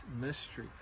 mystery